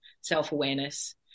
self-awareness